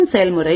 P1 செயல்முறை